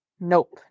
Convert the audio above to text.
nope